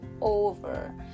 over